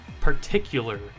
particular